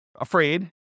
afraid